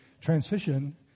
transition